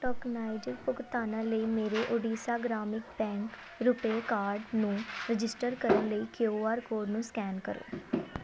tokenized ਭੁਗਤਾਨਾਂ ਲਈ ਮੇਰੇ ਓਡੀਸ਼ਾ ਗ੍ਰਾਮਿਆ ਬੈਂਕ ਰੁਪੇ ਕਾਰਡ ਨੂੰ ਰਜਿਸਟਰ ਕਰਨ ਲਈ ਕਿਉ ਆਰ ਕੋਡ ਨੂੰ ਸਕੈਨ ਕਰੋ ਰੁਪੇ ਕਾਰਡ ਕਾਰਡ ਨੂੰ ਰ